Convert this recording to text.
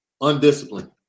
undisciplined